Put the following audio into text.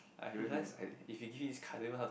I realized I if you give me this card I don't even know how to